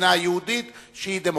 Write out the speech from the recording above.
במדינה היהודית, שהיא דמוקרטית.